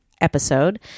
episode